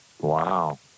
Wow